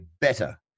better